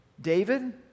David